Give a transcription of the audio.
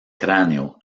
cráneo